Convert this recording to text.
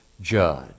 judge